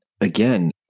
again